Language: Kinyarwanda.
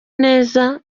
neza